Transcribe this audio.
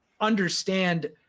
understand